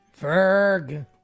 Ferg